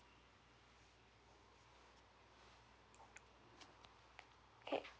okay